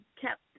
kept